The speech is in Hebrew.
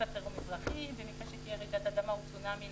מצב חירום אזרחי במקרה של רעידת אדמה או צונמי,